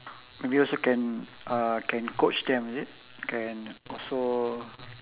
maybe also can uh can coach them is it can also